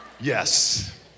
Yes